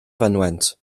fynwent